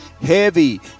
Heavy